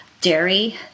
dairy